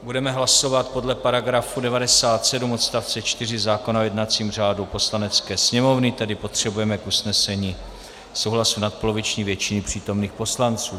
Budeme hlasovat podle § 97 odst. 4 zákona o jednacím řádu Poslanecké sněmovny, tedy potřebujeme k usnesení souhlasu nadpoloviční většiny přítomných poslanců.